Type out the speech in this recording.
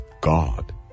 God